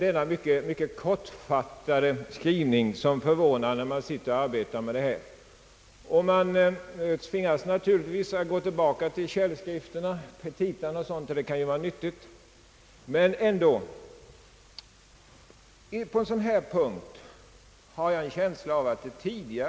Denna synnerligen kortfattade motivering förvånar den som studerar dessa frågor. Man tvingas att gå tillbaks till petitan och de övriga källskrifterna, vilket i och för sig förstås kan vara nyttigt. Men inte heller där får man svar på motivet till ett avslag på en intressant fråga.